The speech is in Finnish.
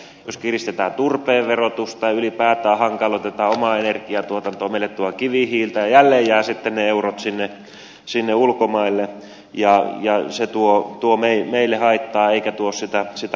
jos kiristetään turpeen verotusta ja ylipäätään hankaloitetaan omaa energiatuotantoamme meille tuodaan kivihiiltä jälleen jäävät sitten ne eurot sinne ulkomaille ja se tuo meille haittaa eikä sitä kasvua